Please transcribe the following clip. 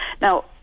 Now